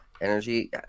energy